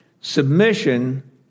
Submission